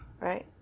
Right